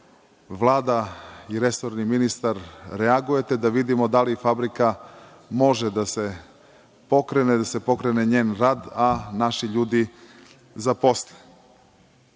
Vlada i resorni ministar, reaguje se i da vidimo da li fabrika može da se pokrene, da se pokrene njen rad, a naši ljudi da se